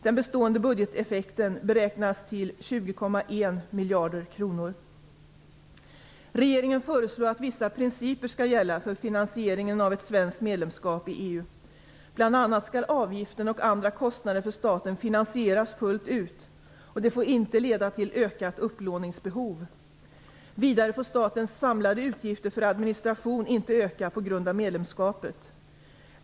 Den bestående budgeteffekten beräknas till 20,1 miljarder kronor. Regeringen föreslår att vissa principer skall gälla för finansieringen av ett svenskt medlemskap i EU. Bl.a. skall avgiften och andra kostnader för staten finansieras fullt ut, och de får inte leda till ökat upplåningsbehov. Vidare får statens samlade utgifter för administration inte öka på grund av medlemskapet.